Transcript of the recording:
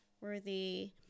worthy